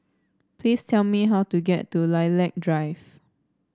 please tell me how to get to Lilac Drive